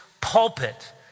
pulpit